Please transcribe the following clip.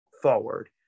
forward